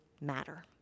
matter